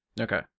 Okay